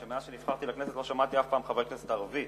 מאז שנבחרתי לכנסת לא שמעתי אף פעם חבר כנסת ערבי